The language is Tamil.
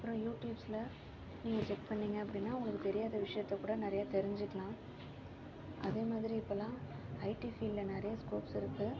அப்றோம் யூட்டியூப்ஸ்ல நீங்கள் செக் பண்ணீங்கள் அப்படினா உங்ளுக்கு தெரியாத விஷயத்தை கூட நிறய தெருஜுகலாம் அதே மாதிரி இப்பலாம் ஐடி ஃபீல்ட்ல நிறய ஸ்கோப்ஸ்ருக்குது